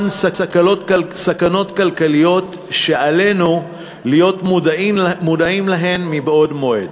סכנות כלכליות שעלינו להיות מודעים להן מבעוד מועד.